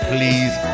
Please